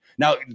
Now